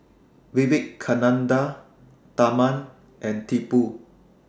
Vivekananda Tharman and Tipu